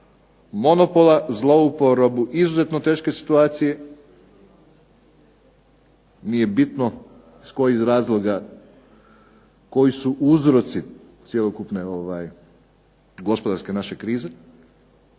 monopola, zlouporabu izuzetno teške situacije, nije bitno iz kojih razloga, koji su uzroci cjelokupne gospodarske naše krize,